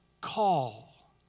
call